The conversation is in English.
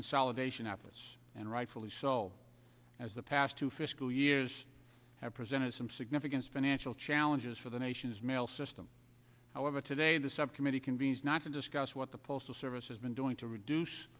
consolidation apis and rightfully so as the past two fiscal years have presented some significant financial challenges for the nation's mail system however today the subcommittee convenes not to discuss what the postal service has been doing to reduce